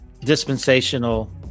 dispensational